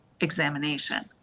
examination